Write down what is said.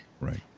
right